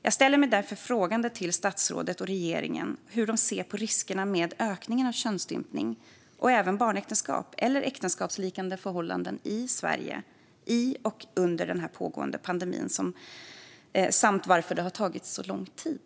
Jag ställer mig därför frågande till hur statsrådet och regeringen ser på riskerna med ökningen av könsstympning och barnäktenskap eller äktenskapsliknande förhållanden i Sverige under den pågående epidemin samt att det har tagit så lång tid.